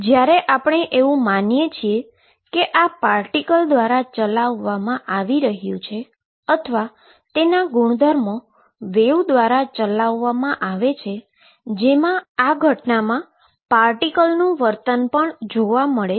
જ્યારે આપણે એવું માનીએ છીએ કે આ પાર્ટીકલ દ્વારા ચલાવવામાં આવી રહ્યું છે અથવા તેના ગુણધર્મો વેવ દ્વારા ચલાવવામાં આવે છે જેમા આ પાર્ટીકલનું વર્તન પણ આ ઘટના પણ આવે છે